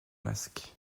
mask